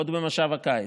עוד במושב הקיץ,